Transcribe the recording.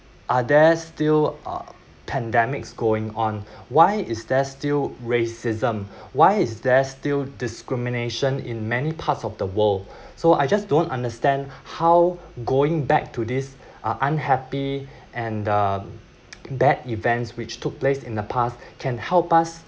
are there still uh pandemics going on why is there still racism why is there still discrimination in many parts of the world so I just don't understand how going back to these unhappy and the bad events which took place in the past can help us